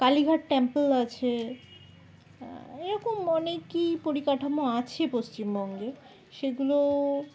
Kalighat temple আছে এরকম অনেকই পরিকাঠামো আছে পশ্চিমবঙ্গে সেগুলো